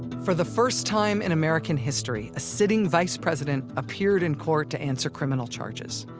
for the first time in american history, a sitting vice president appeared in court to answer criminal charges,